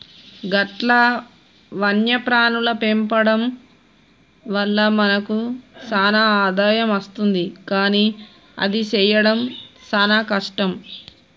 గట్ల వన్యప్రాణుల పెంచడం వల్ల మనకు సాన ఆదాయం అస్తుంది కానీ అది సెయ్యడం సాన కష్టం